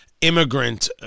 Immigrant